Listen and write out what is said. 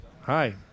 Hi